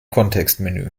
kontextmenü